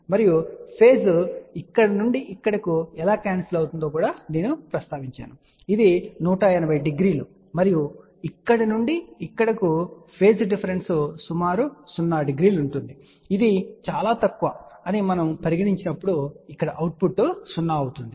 మరియు ఫేజ్ ఇక్కడి నుండి ఇక్కడకు ఎలా క్యాన్సిల్ అవుతుందో నేను ప్రస్తావించాను ఇది 1800 మరియు ఇక్కడ నుండి ఇక్కడకు ఫేజ్ డిఫరెన్స్ సుమారు 0 ఉంటుంది ఇది చాలా తక్కువ అని పరిగణించినప్పుడు ఇక్కడ అవుట్పుట్ 0 అవుతుంది